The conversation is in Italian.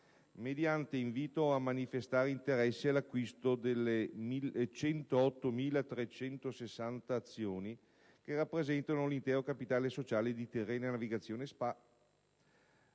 mediante invito a manifestare interesse all'acquisto di 108.360 azioni che rappresentano l'intero capitale sociale di Tirrenia Navigazione Spa.